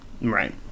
Right